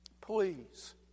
Please